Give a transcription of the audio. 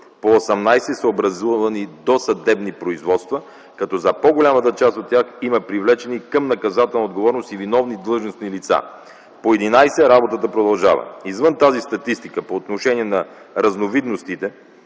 По 18 са образувани досъдебни производства като за по-голямата част от тях има привлечени към наказателна отговорност и виновни длъжностни лица. По 11 работата продължава. Извън тази статистика по отношение на разновидностите